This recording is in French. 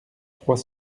trois